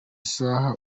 saha